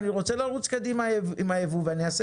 שאני רוצה לרוץ קדימה עם היבוא ואני אעשה